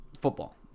football